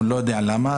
אני לא יודע למה.